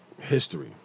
history